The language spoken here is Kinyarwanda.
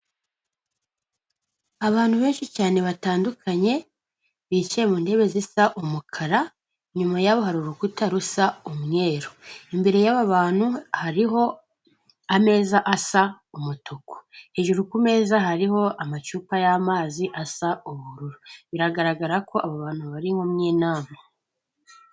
Abantu benshi cyane batandukanye, bicaye mu ntebe zisa umukara, inyuma y'abo hari urukuta rusa umweru, imbere y'aba bantu hariho ameza asa umutuku, hejuru kumeza hariho amacupa y'amazi asa ubururu, biragaragara ko aba bantu bari nko mu nama.